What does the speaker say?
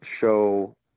show